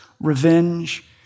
revenge